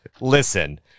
listen